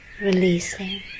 Releasing